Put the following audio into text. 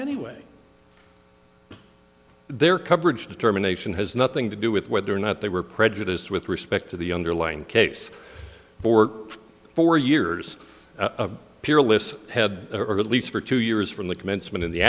anyway their coverage determination has nothing to do with whether or not they were prejudiced with respect to the underlying case for four years peerless had or at least for two years from the commencement of the